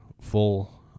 full